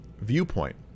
viewpoint